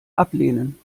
ablehnen